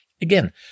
Again